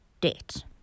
debt